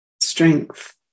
strength